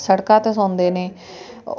ਸੜਕਾਂ 'ਤੇ ਸੌਂਦੇ ਨੇ